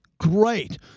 Great